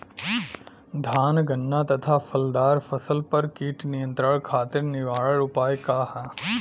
धान गन्ना तथा फलदार फसल पर कीट नियंत्रण खातीर निवारण उपाय का ह?